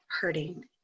hurting